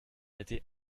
était